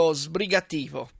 sbrigativo